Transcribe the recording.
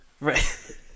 Right